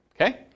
Okay